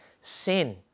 sin